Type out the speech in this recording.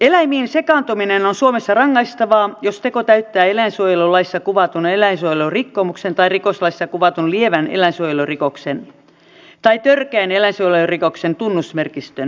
eläimiin sekaantuminen on suomessa rangaistavaa jos teko täyttää eläinsuojelulaissa kuvatun eläinsuojelurikkomuksen tai rikoslaissa kuvatun lievän eläinsuojelurikoksen tai törkeän eläinsuojelurikoksen tunnusmerkistön